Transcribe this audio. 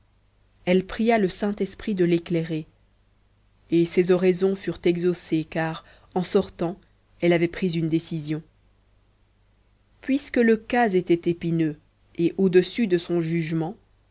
elle pria le saint-esprit de l'éclairer et ses oraisons furent exaucées car en sortant elle avait pris une décision puisque le cas était épineux et au-dessus de son jugement